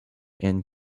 and